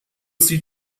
sie